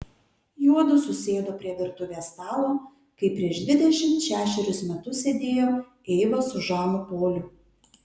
juodu susėdo prie virtuvės stalo kaip prieš dvidešimt šešerius metus sėdėjo eiva su žanu poliu